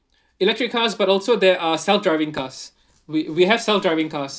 electric cars but also there are self driving cars we we have self driving cars